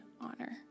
honor